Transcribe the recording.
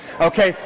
Okay